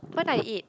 what I ate